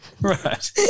Right